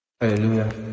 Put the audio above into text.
hallelujah